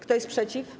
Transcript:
Kto jest przeciw?